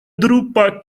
drupa